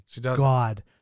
God